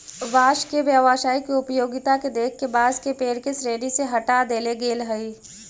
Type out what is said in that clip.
बाँस के व्यावसायिक उपयोगिता के देख के बाँस के पेड़ के श्रेणी से हँटा देले गेल हइ